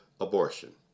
abortion